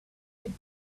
would